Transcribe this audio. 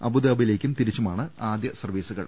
അബൂദ്ദാ്ബിയിലേക്കും തിരിച്ചുമാണ് ആദ്യസർവീസുകൾ